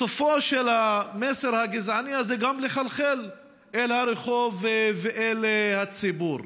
סופו של המסר הגזעני הזה גם לחלחל את הרחוב ואל הציבור.